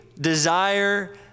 desire